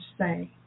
say